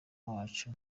wacu